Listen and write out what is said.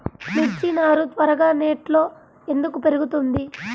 మిర్చి నారు త్వరగా నెట్లో ఎందుకు పెరుగుతుంది?